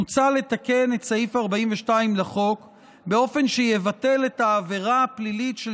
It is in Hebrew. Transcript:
מוצע לתקן את סעיף 42 לחוק באופן שיבטל את העבירה הפלילית של